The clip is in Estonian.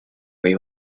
või